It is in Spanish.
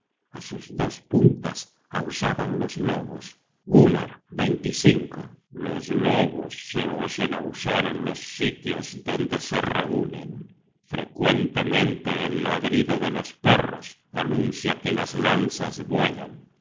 á sus dos puntas aullaban los lobos gunnar los lobos se oyen aullar en los sitios donde se reunen frecuentemente el ladrido de los perros anuncia que las lanzas vuelan